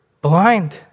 blind